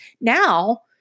Now